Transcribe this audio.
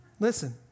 Listen